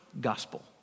gospel